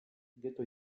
ghetto